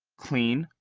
clean,